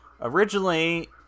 Originally